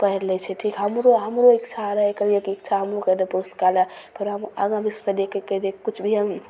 पढ़ि लै छै ठीक हमरो हमरो इच्छा रहै कहिओ कि इच्छा हमहूँ करै रहै कि पुस्तकालय पढ़ैमे आगाँ भी सोचलिए कि किछु भी हम